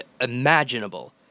imaginable